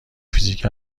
فیزیک